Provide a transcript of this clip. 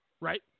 right